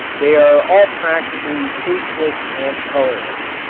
they are all practically tasteless and colorless.